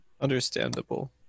Understandable